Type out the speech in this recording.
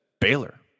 Baylor